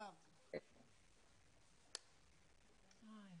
אפילו לא